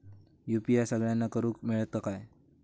UPI सगळ्यांना करुक मेलता काय?